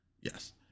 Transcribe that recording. yes